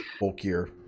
bulkier